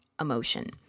emotion